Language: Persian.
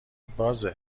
بازه